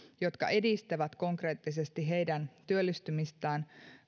jotka edistävät konkreettisesti heidän työllistymistään